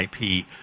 IP